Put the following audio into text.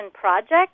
project